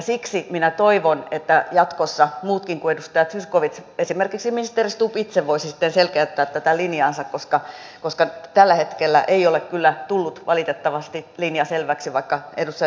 siksi minä toivon että jatkossa muutkin kuin edustaja zyskowicz esimerkiksi ministeri stubb itse voisi sitten selkeyttää tätä linjaansa koska tällä hetkellä ei ole kyllä tullut valitettavasti linja selväksi vaikka edustaja zyskowicz niin sanoikin